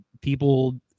people